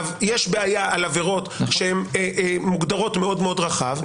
יש בעיה לגבי עבירות שהן מוגדרות מאוד מאוד רחב.